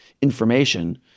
information